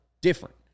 different